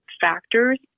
factors